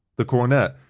the cornet,